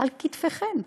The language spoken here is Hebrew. על כתפיכן,